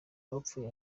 bapfuye